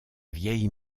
vieille